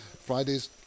Fridays